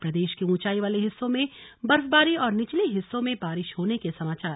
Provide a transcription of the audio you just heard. और प्रदेश के ऊंचाई वाले हिस्सों में बर्फबारी और निचले हिस्सों में बारिश होने के समाचार